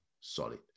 solid